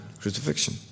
crucifixion